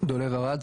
טיפול בילדים האלה,